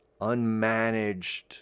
unmanaged